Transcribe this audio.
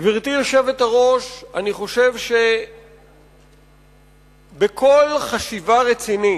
גברתי היושבת-ראש, אני חושב שבכל חשיבה רצינית,